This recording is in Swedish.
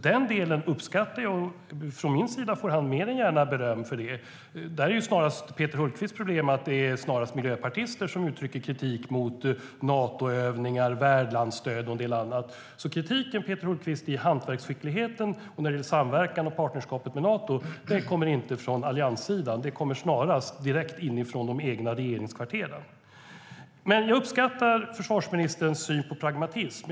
Den delen uppskattar jag, och från min sida får han mer än gärna beröm för det. Peter Hultqvists problem är ju att det snarast är miljöpartister som uttrycker kritik mot bland annat Natoövningar och värdlandsstöd. Kritiken mot hantverksskickligheten, mot samverkan i partnerskapet med Nato, kommer inte från allianssidan, utan den kommer snarast direkt inifrån de egna regeringskvarteren. Jag uppskattar försvarsministerns syn på pragmatism.